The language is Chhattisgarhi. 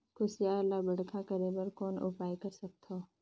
कुसियार ल बड़खा करे बर कौन उपाय कर सकथव?